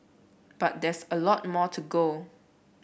but there's a lot more to go